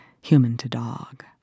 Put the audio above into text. human-to-dog